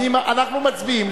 אנחנו מצביעים.